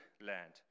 land